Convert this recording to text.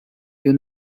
you